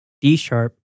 D-sharp